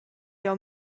jeu